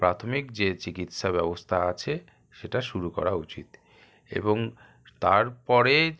প্রাথমিক যে চিকিৎসা ব্যবস্থা আছে সেটা শুরু করা উচিত এবং তার পরে